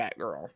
Batgirl